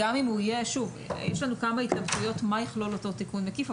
יש לנו התלבטויות מה יכלול אותו תיקון מקיף,